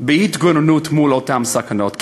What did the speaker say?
בהתגוננות מול אותן הסכנות,